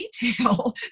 detail